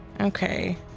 Okay